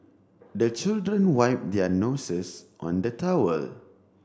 the children wipe their noses on the towel